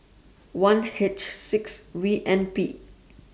one H six V N P